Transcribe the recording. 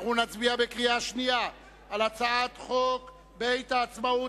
נצביע בקריאה שנייה על הצעת חוק בית העצמאות,